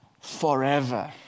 forever